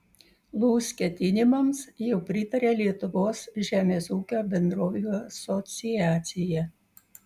lūs ketinimams jau pritarė lietuvos žemės ūkio bendrovių asociacija